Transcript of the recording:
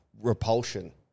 repulsion